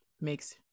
makes